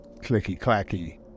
clicky-clacky